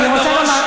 אני רוצה לומר,